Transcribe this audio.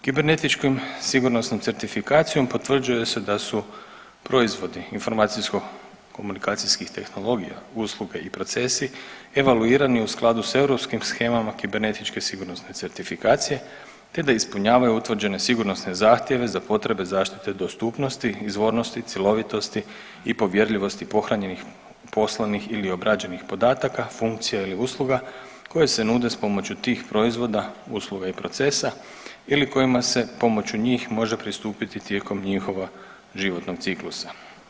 Kibernetičkom sigurnosnom certifikacijom potvrđuje se da su proizvodi informacijsko komunikacijskih tehnologija, usluga i procesi evaluirani u skladu s europskim shemama kibernetičke sigurnosne certifikacije, te da ispunjavaju utvrđene sigurnosne zahtjeve za potrebe zaštite dostupnosti, izvornosti i cjelovitosti i povjerljivosti pohranjenih, poslanih ili obrađenih podataka, funkcija ili usluga koje se nude s pomoću tih proizvoda, usluga i procesa ili kojima se pomoću njih može pristupiti tijekom njihova životnog ciklusa.